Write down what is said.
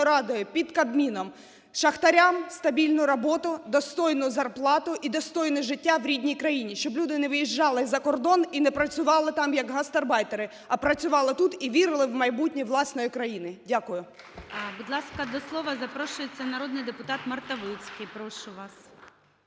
Радою, під Кабміном. Шахтарям – стабільну роботу, достойну зарплату і достойне життя в рідній країні, щоб люди не виїжджали за кордон і не працювали там як гастарбайтери, а працювали тут і вірили в майбутнє власної країни. Дякую. ГОЛОВУЮЧИЙ. Будь ласка, до слова запрошується народний депутатМартовицький. Прошу вас.